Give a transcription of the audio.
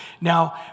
Now